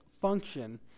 function